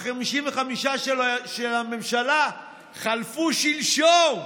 ה-55 של הממשלה חלפו שלשום.